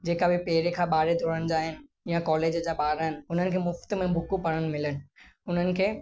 जेका बि पंहिरीं खां ॿारे दौरनि जा आहिनि या कॉलेज जा ॿार आहिनि उन्हनि खे मुफ़्त में बुकूं पढ़ण मिलनि उन्हनि खे